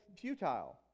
futile